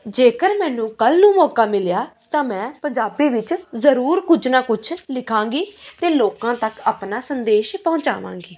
ਜੇਕਰ ਮੈਨੂੰ ਕੱਲ੍ਹ ਨੂੰ ਮੌਕਾ ਮਿਲਿਆ ਤਾਂ ਮੈਂ ਪੰਜਾਬੀ ਵਿੱਚ ਜ਼ਰੂਰ ਕੁਝ ਨਾ ਕੁਝ ਲਿਖਾਂਗੀ ਅਤੇ ਲੋਕਾਂ ਤੱਕ ਆਪਣਾ ਸੰਦੇਸ਼ ਪਹੁੰਚਾਵਾਂਗੀ